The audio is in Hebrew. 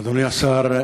אדוני השר,